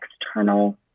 external